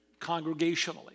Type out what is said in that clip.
congregationally